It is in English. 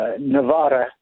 Nevada